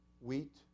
wheat